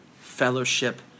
fellowship